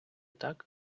так